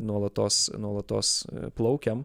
nuolatos nuolatos plaukiam